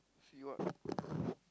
see what